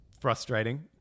Frustrating